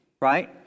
right